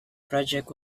project